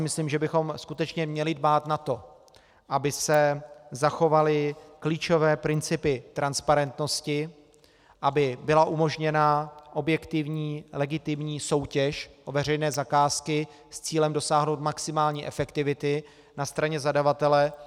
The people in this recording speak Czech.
Myslím, že bychom skutečně měli dbát na to, aby se zachovaly klíčové principy transparentnosti, aby byla umožněna objektivní legitimní soutěž o veřejné zakázky s cílem dosáhnout maximální efektivity na straně zadavatele.